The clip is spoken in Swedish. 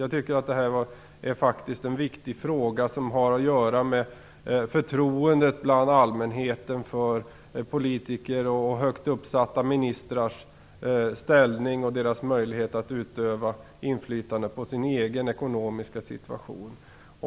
Jag tycker att detta är en viktig fråga som har att göra med förtroendet bland allmänheten för politiker och högt uppsatta ministrars ställning och möjligheter att utöva inflytande över sin egen ekonomiska situation.